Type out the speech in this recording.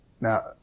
Now